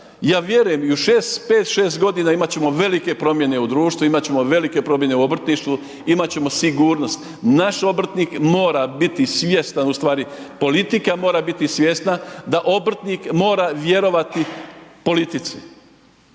ja vjeruje i za pet, šest godina imat ćemo velike promjene u društvu, imat ćemo velike promjene u obrtništvu, imat ćemo sigurnost. Naš obrtnik mora biti svjestan, ustvari politika mora biti svjesna da obrtnik mora vjerovati politici.